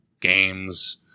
games